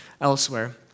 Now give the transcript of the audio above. elsewhere